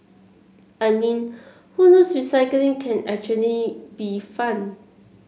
I mean who knows recycling can actually be fun